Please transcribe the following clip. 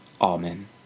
Amen